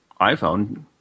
iPhone